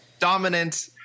dominant